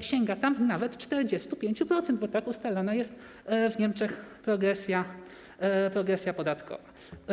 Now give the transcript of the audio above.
sięga tam nawet 45%, bo tak ustalona jest w Niemczech progresja podatkowa.